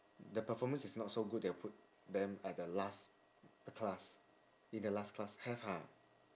the performance is not so good they will put them at the last class in the last class have ha